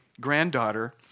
granddaughter